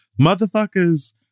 motherfuckers